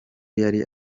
yari